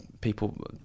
people